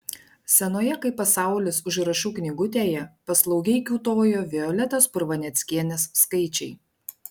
senoje kaip pasaulis užrašų knygutėje paslaugiai kiūtojo violetos purvaneckienės skaičiai